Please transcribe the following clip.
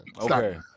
Okay